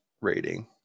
rating